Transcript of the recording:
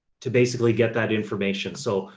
to basically get that information. so,